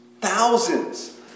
thousands